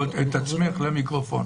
או את עצמך למיקרופון.